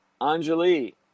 Anjali